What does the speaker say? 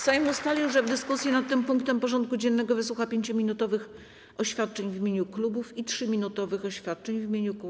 Sejm ustalił, że w dyskusji nad tym punktem porządku dziennego wysłucha 5-minutowych oświadczeń w imieniu klubów i 3-minutowych oświadczeń w imieniu kół.